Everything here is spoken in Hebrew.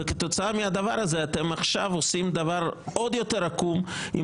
וכתוצאה מהדבר הזה אתם עכשיו עושים דבר עוד יותר עקום עם